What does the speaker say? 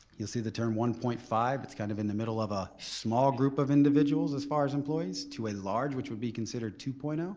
you'll see the term one point five, it's kind of in the middle of a small group of individuals as far as employees, to a large which be considered two point um